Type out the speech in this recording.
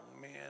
man